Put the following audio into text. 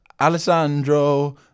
Alessandro